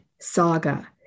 Saga